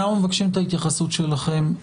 אנחנו מבקשים את ההתייחסות שלכם.